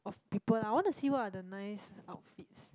of people lah I want to see what are the nice outfits